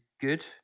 good